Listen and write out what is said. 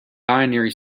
binary